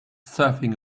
surfing